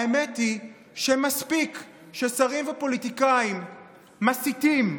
האמת היא שמספיק ששרים ופוליטיקאים מסיתים,